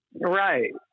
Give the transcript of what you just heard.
Right